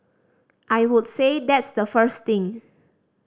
I would say that's the first thing